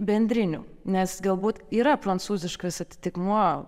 bendriniu nes galbūt yra prancūziškas atitikmuo